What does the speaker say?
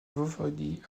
voïvodie